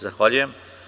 Zahvaljujem.